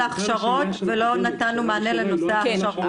ההכשרות ולא נתנו מענה לנושא ההכשרות.